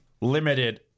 limited